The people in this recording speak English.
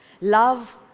Love